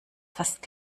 fast